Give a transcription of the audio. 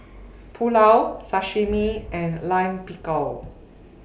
Pulao Sashimi and Lime Pickle